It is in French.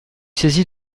saisie